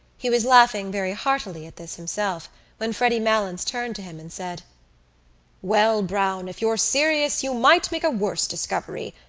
he was laughing very heartily at this himself when freddy malins turned to him and said well, browne, if you're serious you might make a worse discovery.